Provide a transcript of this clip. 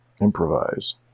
Improvise